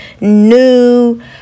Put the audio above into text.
new